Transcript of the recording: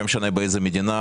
לא משנה באיזו מדינה,